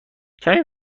کمی